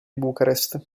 bucarest